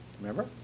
Remember